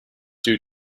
due